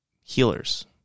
healers